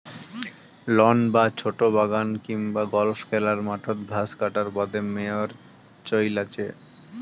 loan বা ছোট বাগান কিংবা গল্ফ খেলার মাঠত ঘাস কাটার বাদে মোয়ার চইল আচে